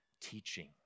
teaching